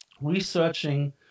researching